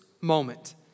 moment